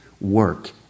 work